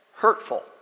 Hurtful